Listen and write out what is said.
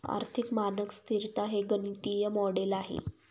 आर्थिक मानक स्तिरता हे गणितीय मॉडेल आहे